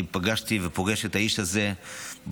אני פגשתי ופוגש את האיש הזה בצמתים,